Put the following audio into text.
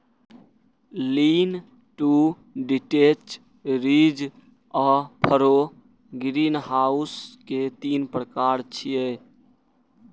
lean to detached, ridge आ furrow greenhouse के तीन प्रकार छियै